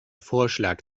vorschlag